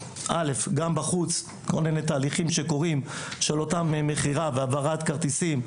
בחוץ קורים כל מיני תהליכים של מכירה והעברת כרטיסים,